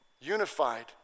unified